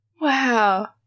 Wow